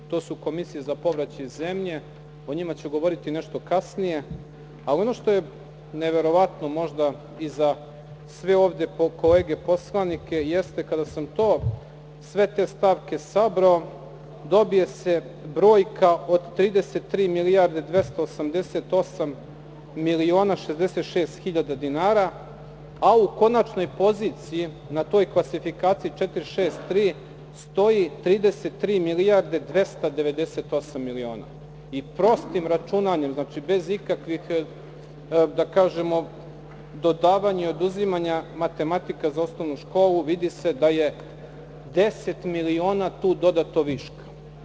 To su komisije za povraćaj zemlje, o njima ću govoriti nešto kasnije, ali ono što je neverovatno možda i za sve ovde kolege poslanike, jeste kada sam sve te stavke sabrao, dobije se brojka od 33 milijarde 288 miliona 66 hiljada dinara, a u konačnoj poziciji na toj klasifikaciji 463 stoji 33 milijarde 298 miliona i prostim računanjem, bez ikakvih, da kažemo, dodavanja i oduzimanja, matematika za osnovnu školu, vidi se da je 10 miliona tu dodato viška.